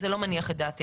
זה לא מניח את דעתי.